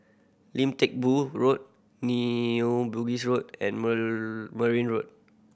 Lim Teck Boo Road New Bugis Road and Merryn Road